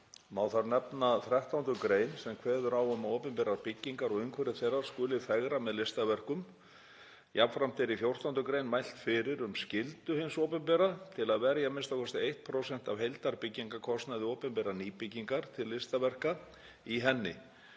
Má þar nefna 13. gr. sem kveður á um að opinberar byggingar og umhverfi þeirra skuli fegra með listaverkum. Jafnframt er í 14. gr. mælt fyrir um skyldu hins opinbera til að verja a.m.k. 1% af heildarbyggingarkostnaði opinberrar nýbyggingar til listaverka í henni